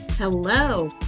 Hello